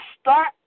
start